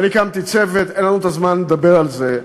הקמתי צוות, אין לנו הזמן לדבר על זה,